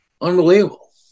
Unbelievable